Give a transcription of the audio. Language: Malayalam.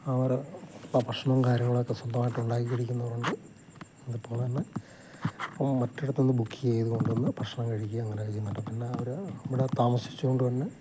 അവര് ഭക്ഷണവും കാര്യങ്ങളുമൊക്കെ സ്വന്തമായിട്ട് ഉണ്ടാക്കിക്കഴിക്കുന്നവരുണ്ട് അതുപോലെ തന്നെ ഇപ്പം മറ്റിടത്തുനിന്നും ബുക്ക് ചെയ്ത് കൊണ്ടുവന്ന് ഭക്ഷണം കഴിക്കുക അങ്ങനെ ചെയ്യുന്നുണ്ട് പിന്നെ അവരിവിടെ താമസിച്ചുകൊണ്ട് തന്നെ